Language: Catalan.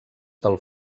del